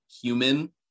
human